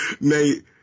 Nate